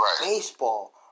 baseball